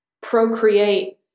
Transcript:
procreate